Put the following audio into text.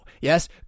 Yes